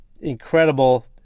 incredible